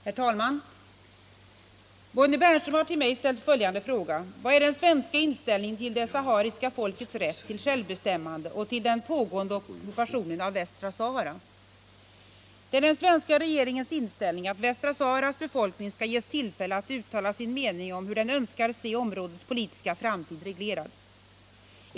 Herr talman! Bonnie Bernström har till mig ställt följande fråga: ”Vad är den svenska inställningen till det sahariska folkets rätt till självbestämmande och till den pågående ockupationen av Västra Sahara?” Det är den svenska regeringens inställning att Västra Saharas befolkning skall ges tillfälle att uttala sin mening om hur den önskar se områdets politiska framtid reglerad.